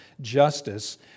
justice